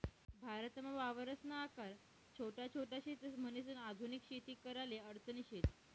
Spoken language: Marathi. भारतमा वावरसना आकार छोटा छोट शेतस, म्हणीसन आधुनिक शेती कराले अडचणी शेत